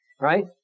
Right